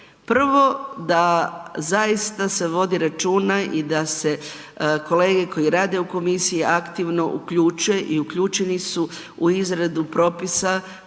prvo da zaista se vodi računa i da se kolege koji rade u komisiji aktivno uključe i uključeni su u izradu propisa